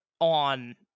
on